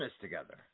together